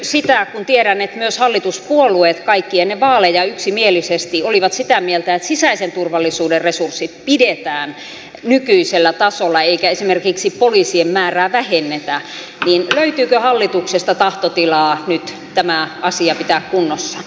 kun tiedän että myös kaikki hallituspuolueet ennen vaaleja yksimielisesti olivat sitä mieltä että sisäisen turvallisuuden resurssit pidetään nykyisellä tasolla eikä esimerkiksi poliisien määrää vähennetä kysyn löytyykö hallituksesta tahtotilaa nyt tämä asia pitää kunnossa